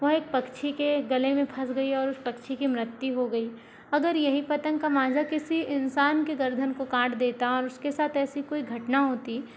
वह एक पक्षी के गले मे फंस गई और उस पक्षी की मृत्यु हो गई अगर यही पतंग का माँझा किसी इंसान की गर्दन को काट देता है और उसके साथ ऐसी कोई घटना होती